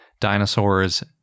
dinosaurs